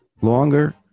longer